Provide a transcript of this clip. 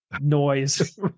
noise